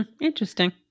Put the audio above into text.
Interesting